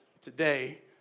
today